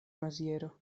maziero